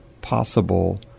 possible